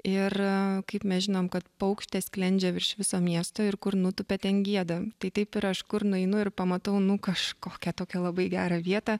ir kaip mes žinom kad paukštė sklendžia virš viso miesto ir kur nutupia ten gieda tai taip ir aš kur nueinu ir pamatau nu kažkokią tokią labai gerą vietą